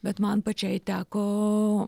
bet man pačiai teko